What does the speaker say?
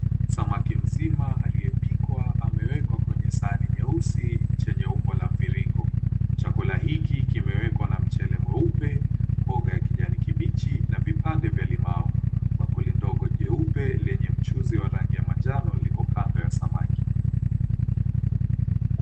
Samaki mzima aliyepikwa amewekwa kwenye sahani nyeusi chenye umbo la mviringo. Chakula hiki kimewekwa na mchele mweupe, mboga ya kijani kibichi na vipande vya limau. Bakuli ndogo jeupe lenye mchuzi wa rangi ya manjano liko kando ya samaki.